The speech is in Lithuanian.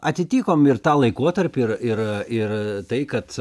atitikom ir tą laikotarpį ir ir ir tai kad